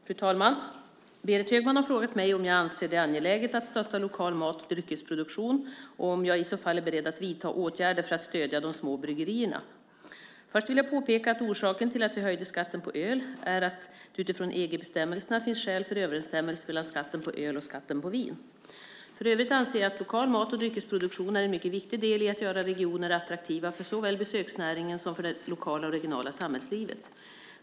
Fru talman! Berit Högman har frågat mig om jag anser det angeläget att stötta lokal mat och dryckesproduktion och om jag i så fall är beredd att vidta åtgärder för att stödja de små bryggerierna. Först vill jag påpeka att orsaken till att vi höjde skatten på öl är att det utifrån EG-bestämmelserna finns skäl för en överensstämmelse mellan skatten på öl och skatten på vin. För övrigt anser jag att lokal mat och dryckesproduktion är en mycket viktig del i att göra regioner attraktiva för såväl besöksnäringen som för det lokala och regionala samhällslivet.